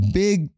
big